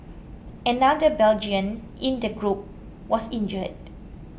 another Belgian in the group was injured